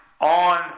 on